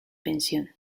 pensión